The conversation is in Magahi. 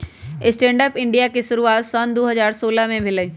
स्टैंड अप इंडिया के शुरुआत सन दू हज़ार सोलह में भेलइ